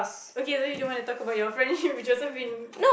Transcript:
okay so you don't want to talk about your friendship with Josephine